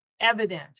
evident